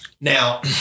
Now